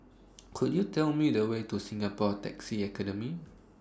Could YOU Tell Me The Way to Singapore Taxi Academy